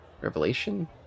revelation